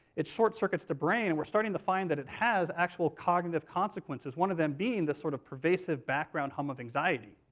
it short-circuits the brain, and we're starting to find it has actual cognitive consequences, one of them being this sort of pervasive background hum of anxiety.